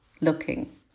looking